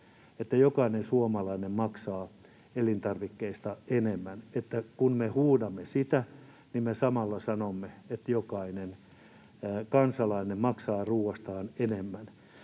että jokainen suomalainen maksaa elintarvikkeista enemmän. Kun me huudamme sitä, niin me samalla sanomme, että jokainen kansalainen maksaa ruoastaan enemmän.